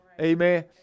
Amen